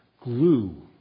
glue